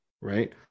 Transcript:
right